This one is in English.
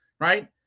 right